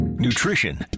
nutrition